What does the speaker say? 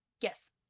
Yes